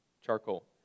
charcoal